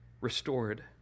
restored